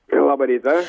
labą rytą